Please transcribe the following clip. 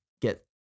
get